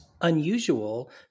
unusual